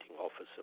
Officer